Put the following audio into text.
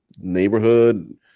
neighborhood